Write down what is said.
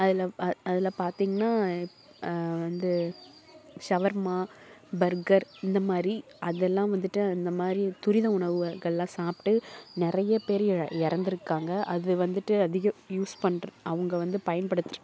அதில் அதில் பாத்தீங்கன்னா வந்து சவர்மா பர்கர் இந்தமாதிரி அதெல்லாம் வந்துட்டு இந்த மாரி துரித உணவுகளெலாம் சாப்பிட்டு நிறைய பேர் இறந்துருக்காங்க அது வந்துட்டு அதிகம் யூஸ் பண்ணுற அவங்க வந்து பயன்படுத்துகிற